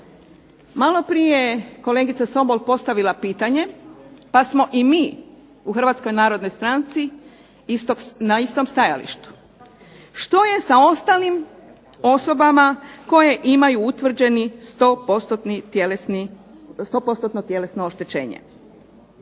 Malo prije je kolegica Sobol postavila pitanje, pa smo i mi u Hrvatskoj narodnoj stranci na istom stajalištu. Što je sa ostalim osobama koje imaju utvrđeni sto postotno tjelesno oštećenje?